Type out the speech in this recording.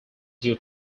due